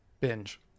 binge